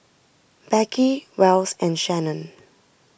Beckie Wells and Shannen